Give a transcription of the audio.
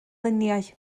luniau